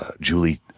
ah julie